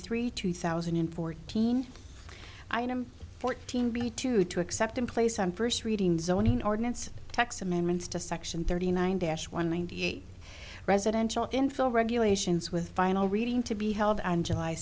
three two thousand and fourteen fourteen b two to accept in place on first reading zoning ordinance tax amendments to section thirty nine dashed one ninety eight residential infill regulations with final reading to be held on july